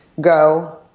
go